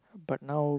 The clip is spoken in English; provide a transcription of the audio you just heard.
but now